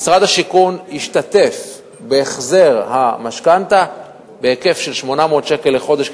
משרד השיכון ישתתף בהחזר המשכנתה בהיקף של 800 שקל לחודש,